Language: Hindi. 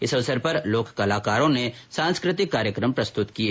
इस अवसर पर लोक कलाकारों ने सांस्कृतिक कार्यक्रम प्रस्तुत किए